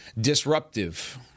Disruptive